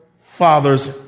fathers